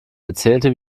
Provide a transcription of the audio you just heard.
erzählte